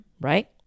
right